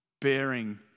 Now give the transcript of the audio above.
bearing